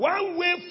One-way